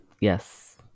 yes